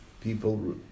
people